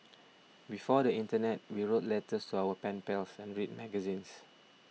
before the internet we wrote letters to our pen pals and read magazines